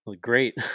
Great